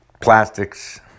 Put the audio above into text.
plastics